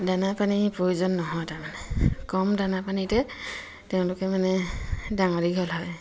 দানা পানীৰ প্ৰয়োজন নহয় তাৰমানে কম দানা পানীতে তেওঁলোকে মানে ডাঙৰ দীঘল হয়